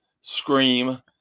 Scream